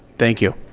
thank you.